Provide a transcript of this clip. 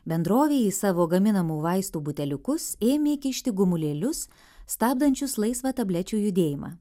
bendrovė į savo gaminamų vaistų buteliukus ėmė kišti gumulėlius stabdančius laisvą tablečių judėjimą